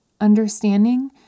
understanding